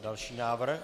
Další návrh.